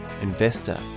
investor